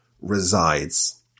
resides